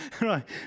Right